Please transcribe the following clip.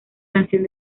canción